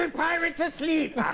and pirate asleep